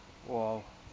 !wow!